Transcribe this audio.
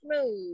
smooth